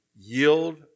yield